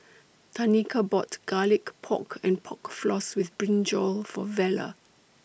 Tanika bought Garlic Pork and Pork Floss with Brinjal For Vella